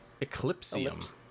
Eclipsium